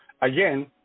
again